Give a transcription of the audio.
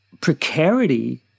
precarity